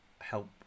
help